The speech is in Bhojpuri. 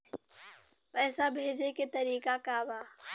पैसा भेजे के तरीका का बा?